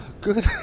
good